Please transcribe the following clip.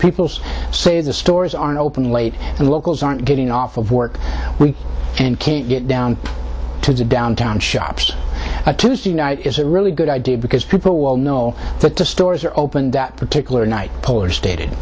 people say the stores aren't open late and locals aren't getting off of work and can't get down to the downtown shops a tuesday night is a really good idea because people will know that the stores are open that particular night poehler stated